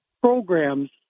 programs